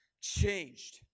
changed